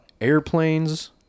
airplanes